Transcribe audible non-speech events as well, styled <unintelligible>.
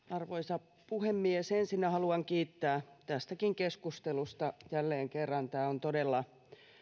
<unintelligible> arvoisa puhemies ensinnä haluan kiittää tästäkin keskustelusta jälleen kerran tämä on itselleni